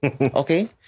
Okay